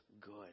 good